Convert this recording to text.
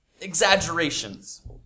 exaggerations